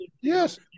yes